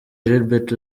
gilbert